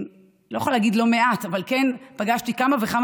אני לא יכולה להגיד "לא מעט" אבל כן פגשתי כמה וכמה